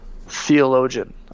theologian